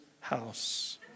house